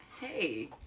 Hey